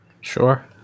sure